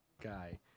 guy